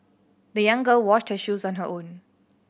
the young girl washed her shoes on her own